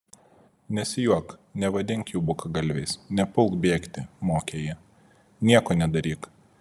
nesijuok nevadink jų bukagalviais nepulk bėgti mokė ji nieko nedaryk